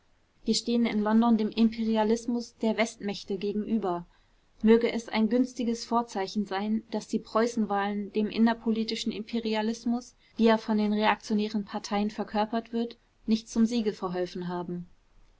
wir stehen in london dem imperialismus der westmächte gegenüber möge es ein günstiges vorzeichen sein daß die preußenwahlen dem innerpolitischen imperialismus wie er von den reaktionären parteien verkörpert wird nicht zum siege verholfen haben